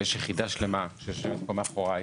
יש יחידה שלמה שיושבת פה מאחוריי,